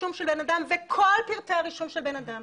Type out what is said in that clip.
תודה רבה.